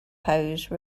propose